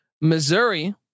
Missouri